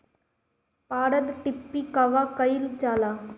पारद टिक्णी कहवा कयील जाला?